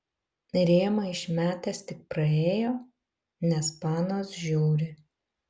rėmą išmetęs tik praėjo nes panos žiūri